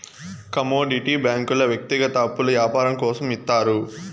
commodity బ్యాంకుల వ్యక్తిగత అప్పులు యాపారం కోసం ఇత్తారు